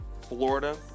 Florida